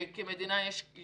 שכמדינה זה